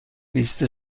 لیست